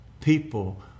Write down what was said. People